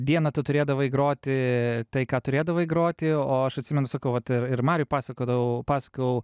dieną tu turėdavai groti tai ką turėdavai groti o aš atsimenu sakau vat ir mariui pasakodavau pasakojau